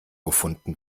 gefunden